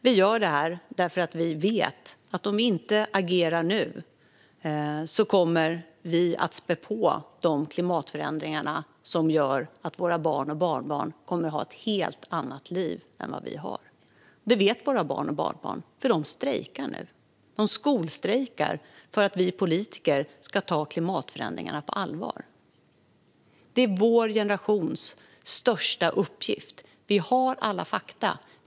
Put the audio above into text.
Vi gör detta eftersom vi vet att om vi inte agerar nu kommer vi att spä på de klimatförändringar som gör att våra barn och barnbarn kommer att ha ett helt annat liv än vad vi har. Detta vet våra barn och barnbarn - de strejkar nu. De skolstrejkar för att vi politiker ska ta klimatförändringarna på allvar. Det är vår generations största uppgift. Vi har alla fakta.